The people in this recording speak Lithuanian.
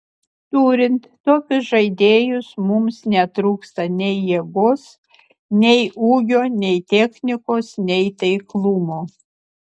turint tokius žaidėjus mums netrūksta nei jėgos nei ūgio nei technikos nei taiklumo